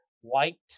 white